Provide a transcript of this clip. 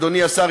אדוני השר,